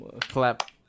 Clap